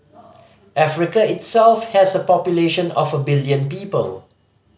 Africa itself has a population of a billion people